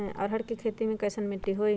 अरहर के खेती मे कैसन मिट्टी होइ?